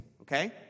Okay